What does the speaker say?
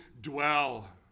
dwell